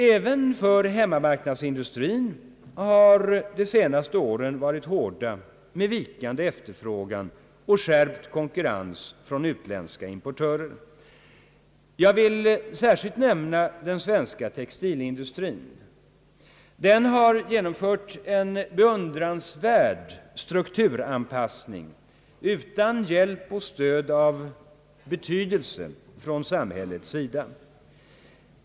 Även för hemmamarknadsindustrin har de senaste åren varit hårda med vikande efterfrågan och skärpt konkurrens från utländska importörer. Jag vill särskilt nämna den svenska textilindustrin. Den har genomfört en beundransvärd strukturanpassning utan hjälp och stöd av betydelse från samhället.